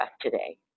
today